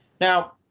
Now